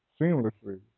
seamlessly